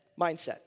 mindset